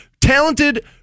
Talented